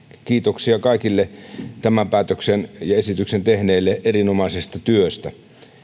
kiitoksia kaikille tämän päätöksen ja esityksen tehneille erinomaisesta työstä